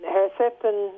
Herceptin